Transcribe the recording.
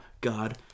god